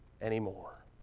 anymore